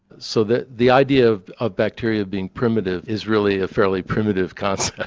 so the the idea of of bacteria being primitive is really a fairly primitive concept.